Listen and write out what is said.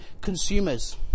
consumers